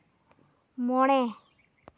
ᱢᱚᱬᱮ